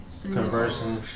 Conversing